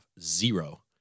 zero